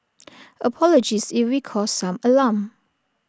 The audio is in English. apologies if we caused some alarm